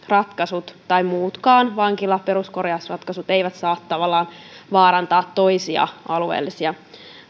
ratkaisut tai muutkaan vankilaperuskorjausratkaisut eivät saa tavallaan vaarantaa toisia alueellisia